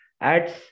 ads